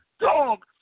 Dog